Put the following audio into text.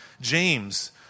James